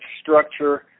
structure